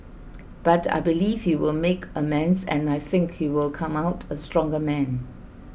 but I believe he will make amends and I think he will come out a stronger man